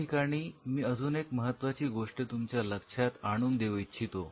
या ठिकाणी मी अजून एक महत्त्वाची गोष्ट तुमच्या लक्षात आणून देऊ इच्छितो